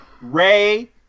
Ray